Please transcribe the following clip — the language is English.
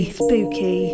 spooky